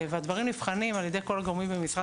והדברים נבחנים על ידי כל הגורמים במשרד